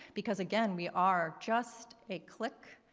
because again, we are just a click,